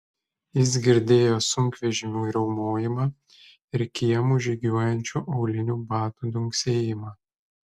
jis girdėjo sunkvežimių riaumojimą ir kiemu žygiuojančių aulinių batų dunksėjimą